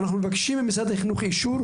אנחנו מבקשים ממשרד החינוך אישור,